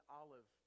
olive